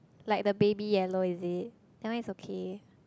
like the baby yellow is it that one is okay